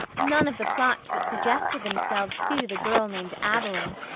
none of the plots that suggested themselves suited a girl named averil.